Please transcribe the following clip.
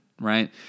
Right